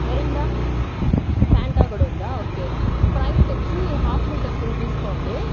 Mirinda Fanta కూడా ఉందా okay Sprite వచ్చి హాఫ్ లీటర్ టూ తీసుకోండి